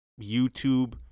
YouTube